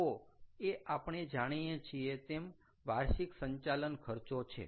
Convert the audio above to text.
AO એ આપણે જાણીએ છીએ તેમ વાર્ષિક સંચાલન ખર્ચો છે